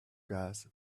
gas